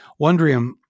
Wondrium